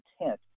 intent